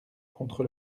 contre